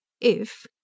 If